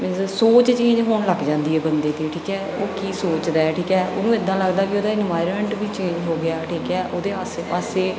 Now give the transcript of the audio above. means ਸੋਚ change ਹੋਣ ਲੱਗ ਜਾਂਦੀ ਹੈ ਬੰਦੇ ਦੀ ਠੀਕ ਹੈ ਉਹ ਕੀ ਸੋਚਦਾ ਠੀਕ ਹੈ ਉਹਨੂੰ ਇੱਦਾਂ ਲੱਗਦਾ ਵੀ ਉਹਦਾ ਇਨਵਾਇਰਮੈਂਟ ਵੀ ਚੇਂਜ ਹੋ ਗਿਆ ਠੀਕ ਹੈ ਉਹਦੇ ਆਸੇ ਪਾਸੇ